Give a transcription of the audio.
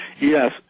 Yes